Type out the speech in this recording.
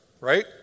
right